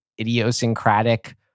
idiosyncratic